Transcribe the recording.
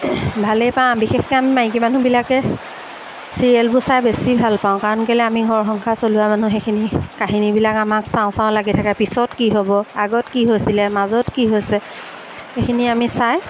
ভালেই পাওঁ বিশেষকৈ আমি মাইকী মানুহবিলাকে চিৰিয়েলবোৰ চাই বেছি ভাল পাওঁ কাৰণ কেলৈ আমি ঘৰ সংসাৰ চলোৱা মানুহ সেইখিনি কাহিনীবিলাক আমাক চাওঁ চাওঁ লাগি থাকে পিছত কি হ'ব আগত কি হৈছিলে মাজত কি হৈছে সেইখিনি আমি চাই